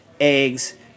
eggs